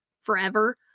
forever